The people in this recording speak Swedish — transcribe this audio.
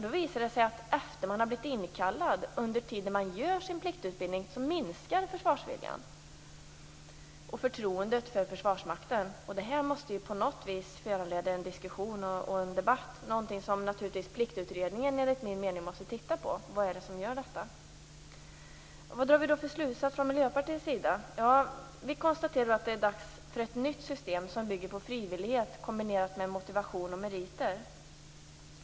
Det visar sig att efter det att man blivit inkallad, under tiden man gör sin pliktutbildning, minskar försvarsviljan och förtroendet för Försvarsmakten. Det här måste på något vis föranleda en diskussion och en debatt. Pliktutredningen måste enligt min mening titta på vad det är som gör detta. Vad drar vi då för slutsats från Miljöpartiets sida? Vi konstaterar att det är dags för ett nytt system som bygger på frivillighet kombinerad med motivation och meriter.